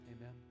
Amen